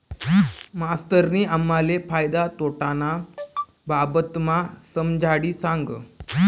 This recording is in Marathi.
मास्तरनी आम्हले फायदा तोटाना बाबतमा समजाडी सांगं